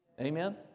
Amen